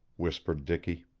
whispered dicky.